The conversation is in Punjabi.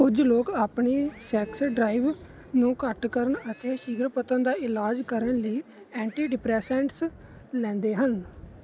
ਕੁਝ ਲੋਕ ਆਪਣੀ ਸੈਕਸ ਡਰਾਈਵ ਨੂੰ ਘੱਟ ਕਰਨ ਅਤੇ ਸ਼ੀਘਰਪਤਨ ਦਾ ਇਲਾਜ ਕਰਨ ਲਈ ਐਂਟੀਡਿਪਰੈਸੈਂਟਸ ਲੈਂਦੇ ਹਨ